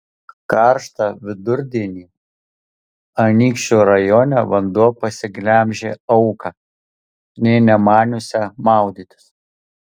karštą vidurdienį anykščių rajone vanduo pasiglemžė auką nė nemaniusią maudytis